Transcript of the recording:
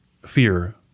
fear